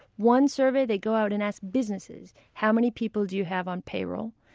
one survey, they go out and ask businesses how many people do you have on payroll?